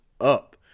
up